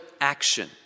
action